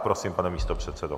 Prosím, pane místopředsedo.